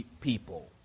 people